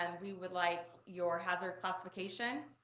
and we would like your hazard classification,